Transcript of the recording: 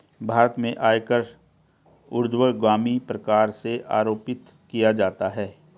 भारत में आयकर ऊर्ध्वगामी प्रकार से आरोपित किया जाता है